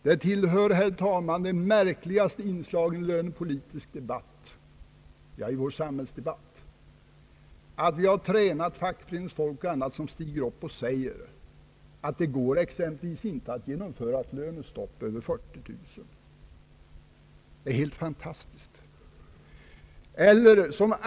Det tillhör, herr talman, de märkligaste inslagen i den lönepolitiska debatten och i vår samhällsdebatt, att vi har tränat fackföreningsfolk och andra som stiger upp och säger att det t.ex. inte går att genomföra ett lönestopp när det gäller löner över 40 000. Det är helt fantastiskt.